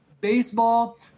Baseball